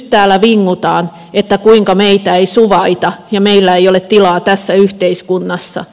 nyt täällä vingutaan kuinka meitä ei suvaita ja meillä ei ole tilaa tässä yhteiskunnassa